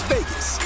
Vegas